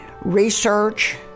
research